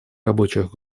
рабочих